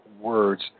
words